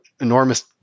enormous